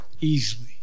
easily